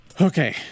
Okay